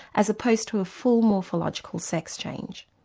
as opposed to a full morphological sex change.